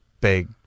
big